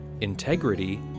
integrity